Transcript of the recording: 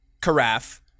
carafe